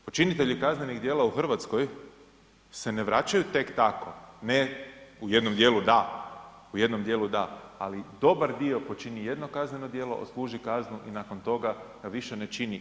Počinitelji kaznenih djela u Hrvatskoj se ne vraćaju tek tako, ne, u jednom dijelu da, u jednom dijelu da, ali dobar dio počini jedno kazneno djelo, odsluži kaznu i nakon toga više ne čini.